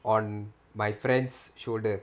on my friend's shoulder